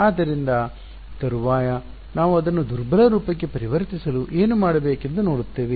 ಆದ್ದರಿಂದ ತರುವಾಯ ನಾವು ಅದನ್ನು ದುರ್ಬಲ ರೂಪಕ್ಕೆ ಪರಿವರ್ತಿಸಲು ಏನು ಮಾಡಬೇಕೆಂದು ನೋಡುತ್ತೇವೆ